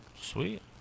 Sweet